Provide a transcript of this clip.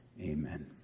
Amen